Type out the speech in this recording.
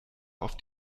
auf